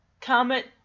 Comet